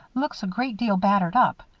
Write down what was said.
looks a great deal battered up.